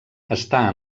està